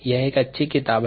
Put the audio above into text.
यह एक अच्छी किताब है